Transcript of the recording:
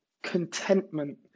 contentment